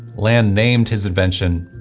land named his invention.